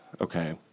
Okay